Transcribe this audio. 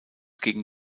gegen